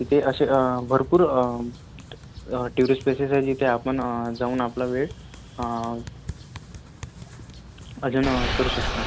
तिथे असे भरपूर टुरिस्ट प्लेसेस आहे जिथे आपण जाऊन आपला वेळ अजून करू शकता